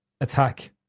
attack